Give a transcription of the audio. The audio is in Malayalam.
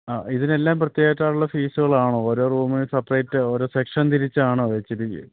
ആ ഇതിനെല്ലാം പ്രത്യേകമായിട്ടുള്ള ഫ്യൂസുകളാണോ ഓരോ റൂമിനും സപ്പറേറ്റ് ഓരോ സെക്ഷൻ തിരിച്ചാണോ വച്ചിരിക്കുന്നത്